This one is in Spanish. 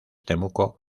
temuco